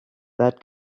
that